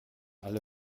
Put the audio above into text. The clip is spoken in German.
alle